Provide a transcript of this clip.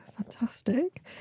fantastic